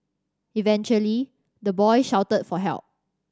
eventually the boy shouted for help